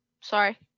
Sorry